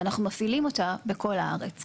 ואנחנו מפעילים אותה בכל הארץ.